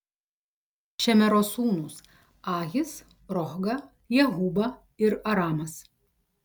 šemero sūnūs ahis rohga jehuba ir aramas